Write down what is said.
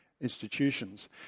institutions